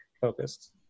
focused